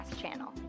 channel